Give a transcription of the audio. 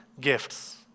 gifts